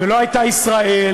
ולא הייתה ישראל,